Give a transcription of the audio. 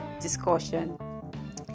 discussion